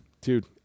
dude